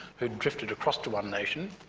who drifted across to one nation,